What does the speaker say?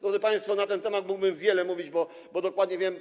Drodzy państwo, na ten temat mógłbym wiele mówić, bo dokładnie o tym wiem.